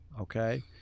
Okay